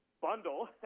bundle